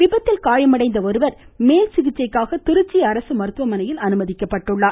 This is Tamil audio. விபத்தில் காயமடைந்த ஒருவர் மேல்சிகிச்சைக்காக கிருச்சி அரசு மருத்துவமனையில் அனுமதிக்கப்பட்டுள்ளார்